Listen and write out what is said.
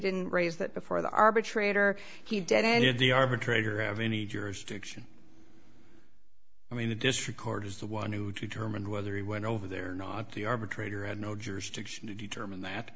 didn't raise that before the arbitrator he did any of the arbitrator have any jurisdiction i mean the district court is the one who determine whether he went over there not the arbitrator had no jurisdiction to determine that